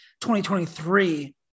2023